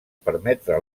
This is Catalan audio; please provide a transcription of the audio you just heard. permetre